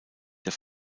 der